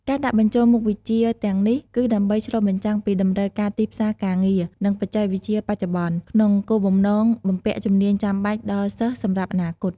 ការដាក់បញ្ចូលមុខវិជ្ជាទាំងនេះគឺដើម្បីឆ្លុះបញ្ចាំងពី តម្រូវការទីផ្សារការងារ និង បច្ចេកវិទ្យាបច្ចុប្បន្ន ក្នុងគោលបំណងបំពាក់ជំនាញចាំបាច់ដល់សិស្សសម្រាប់អនាគត។